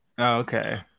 Okay